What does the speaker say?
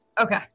Okay